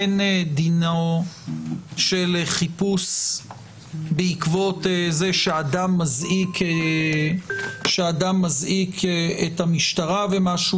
אין דינו של חיפוש בעקבות זה שאדם מזעיק את המשטרה ומשהו